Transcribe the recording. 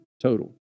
total